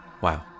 Wow